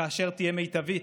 כאשר יהיו מיטביים,